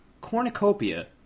Cornucopia